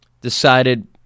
decided